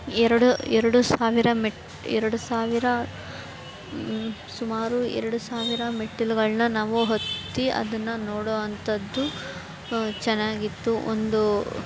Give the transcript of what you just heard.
ಎರಡು ಎರಡು ಸಾವಿರ ಮೆಟ್ ಎರಡು ಸಾವಿರ ಸುಮಾರು ಎರಡು ಸಾವಿರ ಮೆಟ್ಟಿಲುಗಳನ್ನ ನಾವು ಹತ್ತಿ ಅದನ್ನು ನೋಡೋ ಅಂಥದ್ದು ಚೆನ್ನಾಗಿತ್ತು ಒಂದು